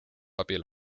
abil